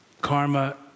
Karma